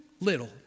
little